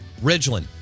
Ridgeland